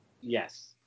Yes